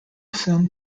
film